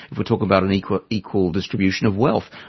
if we talk about an equal equal distribution of wealth,